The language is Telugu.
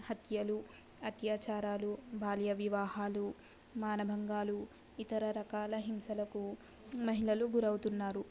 హత్యలు హత్యాచారాలు బాల్య వివాహాలు మానబంగాలు ఇతర రకాల హింసలకు మహిళలు గురవుతున్నారు